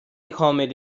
کامل